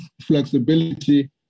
flexibility